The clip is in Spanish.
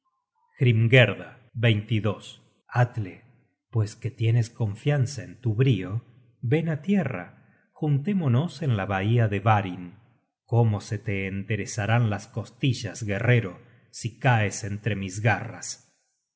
encendido hrimgerda atle pues que tienes confianza en tu brio ven á tierra juntémonos en la bahía de varin cómo te se enderezarán las costillas guerrero si caes entre mis garras